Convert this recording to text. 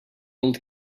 old